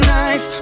nice